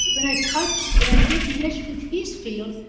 when i touch, when i get meshed with his field,